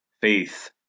Faith